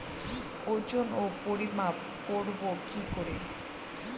ওজন ও পরিমাপ করব কি করে?